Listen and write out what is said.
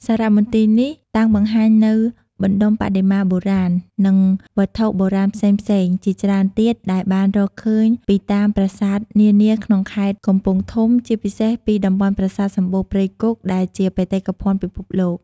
សារមន្ទីរនេះតាំងបង្ហាញនូវបណ្តុំបដិមាបុរាណ និងវត្ថុបុរាណផ្សេងៗជាច្រើនទៀតដែលបានរកឃើញពីតាមប្រាសាទនានាក្នុងខេត្តកំពង់ធំ ជាពិសេសពីតំបន់ប្រាសាទសំបូរព្រៃគុកដែលជាបេតិកភណ្ឌពិភពលោក។